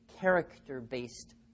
character-based